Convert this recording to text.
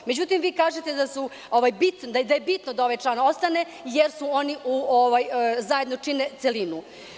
Međutim, vi kažete da je bitno da ovaj član ostane, jer oni zajedno čine celinu.